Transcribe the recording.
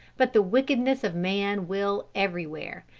but the wickedness of man will everywhere,